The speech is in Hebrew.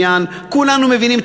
כולנו מבינים עניין,